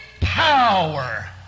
power